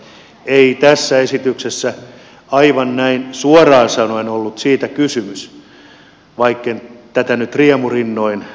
mutta ei tässä esityksessä aivan näin suoraan sanoen ollut siitä kysymys vaikken tätä nyt riemurinnoin ole kannattamassa